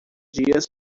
dias